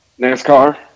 NASCAR